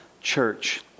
church